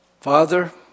Father